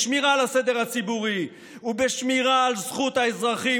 בשמירה על הסדר הציבורי ובשמירה על זכות האזרחים